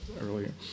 earlier